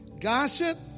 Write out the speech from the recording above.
Gossip